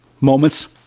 moments